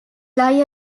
lie